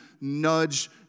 nudge